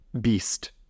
beast